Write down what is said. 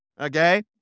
okay